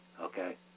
okay